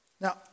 now